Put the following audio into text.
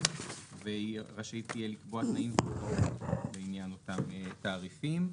והיא תהיה רשאית לקבוע תנאים לעניין אותם תעריפים.